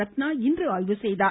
ரத்னா இன்று ஆய்வு செய்தார்